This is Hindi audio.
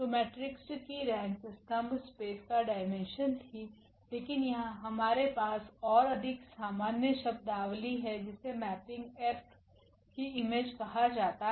तो मेट्रिक्स की रैंक स्तंभ स्पेस का डाईमेन्शन थी लेकिन यहाँ हमारे पास ओर अधिक सामान्य शब्दावली है जिसे मेपिंग F की इमेज कहा जाता है